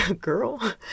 Girl